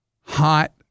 hot